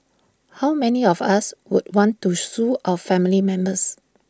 how many of us would want to sue our family members